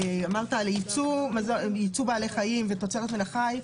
ייצוא בעלי חיים ותוצרת מן החי,